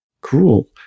Cool